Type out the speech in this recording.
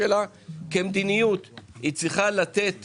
כמדיניות, היא צריכה לתת